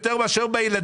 מה הוא יעשה עם הסחורה?